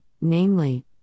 namely